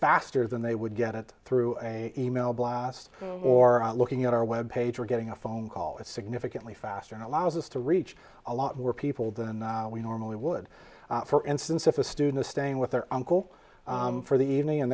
faster than they would get it through an e mail blast or looking at our web page or getting a phone call is significantly faster and allows us to reach a lot more people than we normally would for instance if a student is staying with their uncle for the evening and